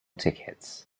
tickets